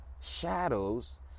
shadows